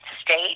state